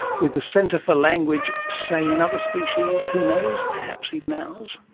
with the centre for language, say in other species, who knows, perhaps even ours?